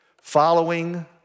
following